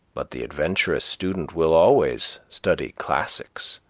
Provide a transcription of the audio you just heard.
but the adventurous student will always study classics,